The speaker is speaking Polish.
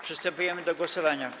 Przystępujemy do głosowania.